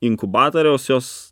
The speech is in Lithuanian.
inkubatoriaus jos